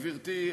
גברתי,